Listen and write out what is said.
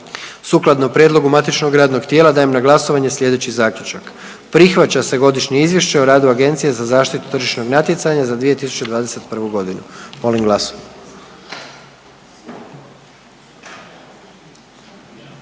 Sukladno prijedlogu matičnog radnog tijela dajem na glasovanje slijedeći zaključak. Prihvaća se Godišnje izvješće o radu Agencije za zaštitu tržišnog natjecanja za 2021. godinu. Molim glasujmo.